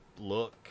look